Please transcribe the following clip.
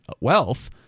wealth